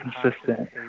consistent